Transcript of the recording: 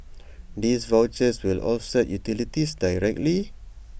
these vouchers will offset utilities directly